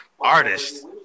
Artist